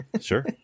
Sure